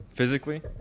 physically